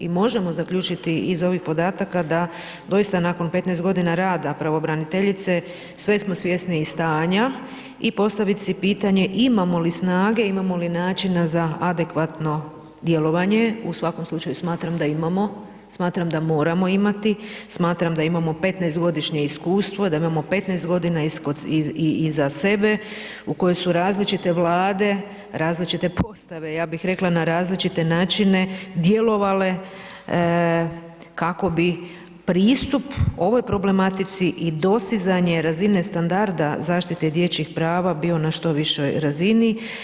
I možemo zaključiti iz ovih podataka, da doista nakon 15 g. rada pravobraniteljice sve smo svjesnijih stanja i postaviti si pitanje, imamo li snage, imamo li načina, za adekvatno djelovanje, u svakom slučaju, smatram da imamo, smatram da moramo imati, smatram da imamo 15 godišnje iskustvo, da imamo 15 g. iza sebe u kojoj su različite vlade, različite postave, ja bih rekla, na različite načine, djelovale kako bi pristup ovoj problematici i dosizanje razine standarda zaštite dječjih prava bio na što višoj razini.